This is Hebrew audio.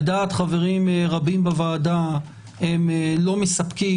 לדעת חברים רבים בוועדה הם לא מספקים,